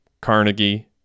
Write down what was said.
Carnegie